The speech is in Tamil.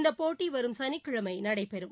இந்தபோட்டிவரும் சனிக்கிழமைநடைபெறும்